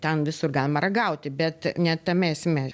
ten visur galima ragauti bet ne tame esmė